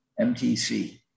MTC